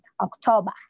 October